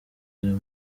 z’uyu